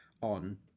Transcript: on